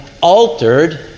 altered